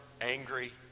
angry